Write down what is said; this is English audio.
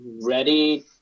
ready